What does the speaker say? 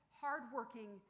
hardworking